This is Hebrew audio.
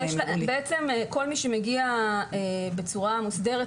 כל מי שמגיע בצורה מוסדרת,